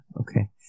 Okay